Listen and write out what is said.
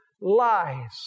lies